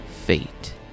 fate